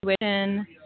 intuition